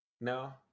No